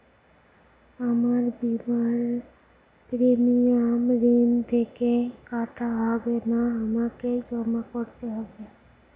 আমার বিমার প্রিমিয়াম ঋণ থেকে কাটা হবে না আমাকে জমা করতে হবে?